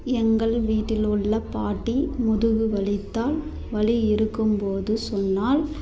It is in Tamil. எங்கள் வீட்டில் உள்ள பாட்டி முதுகு வலித்தால் வலி இருக்கும்போது சொன்னால்